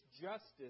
justice